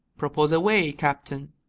propose away, captain.